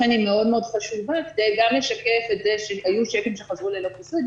לכן היא מאוד חשובה כדי גם לשקף את זה שאם היו צ'קים שחזרו ללא כיסוי,